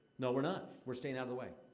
no, we're not we're staying out of the way.